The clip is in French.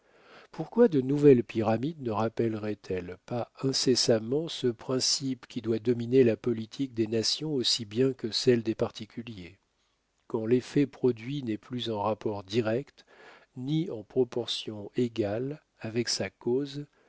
pourquoi de nouvelles pyramides ne rappelleraient elles pas incessamment ce principe qui doit dominer la politique des nations aussi bien que celle des particuliers quand l'effet produit n'est plus en rapport direct ni en proportion égale avec sa cause